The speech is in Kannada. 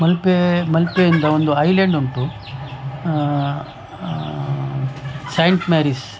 ಮಲ್ಪೆ ಮಲ್ಪೆಯಿಂದ ಒಂದು ಐ ಲ್ಯಾಂಡ್ ಉಂಟು ಸೈಂಟ್ ಮ್ಯಾರೀಸ್